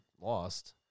Lost